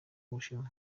bushinwa